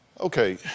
Okay